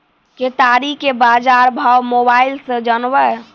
केताड़ी के बाजार भाव मोबाइल से जानवे?